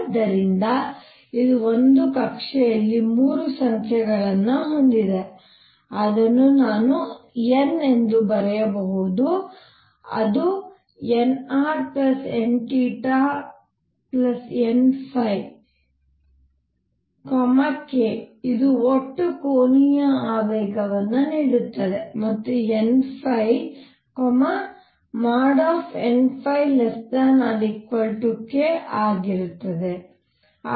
ಆದ್ದರಿಂದ ಇದು ಒಂದು ಕಕ್ಷೆಯಲ್ಲಿ 3 ಸಂಖ್ಯೆಗಳನ್ನು ಹೊಂದಿದೆ ಅದನ್ನು ನಾನು n ಎಂದು ಬರೆಯಬಹುದು ಅದು nrn|n| k ಇದು ಒಟ್ಟು ಕೋನೀಯ ಆವೇಗವನ್ನು ನೀಡುತ್ತದೆ ಮತ್ತು n n≤k ಆಗಿರುತ್ತದೆ